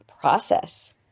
process